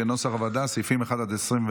סעיפים 1 24,